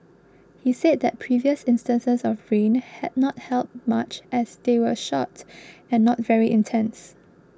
he said that previous instances of rain had not helped much as they were short and not very intense